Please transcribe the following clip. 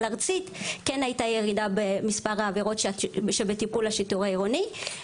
ארצית כן הייתה ירידה במספר העברות שבטיפול השיטור העירוני.